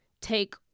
take